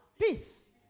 Peace